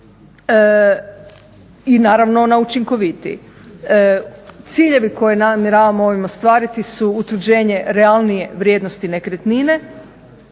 i naravno na učinkovitiji. Ciljevi koje namjeravamo ovim ostvariti su utvrđenje realnije vrijednosti nekretnine,